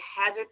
hazard